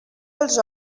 els